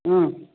ಹ್ಞೂ